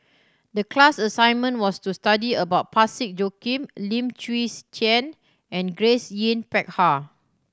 the class assignment was to study about Parsick Joaquim Lim Chwee Chian and Grace Yin Peck Ha